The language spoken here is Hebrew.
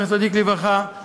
זכר צדיק לברכה,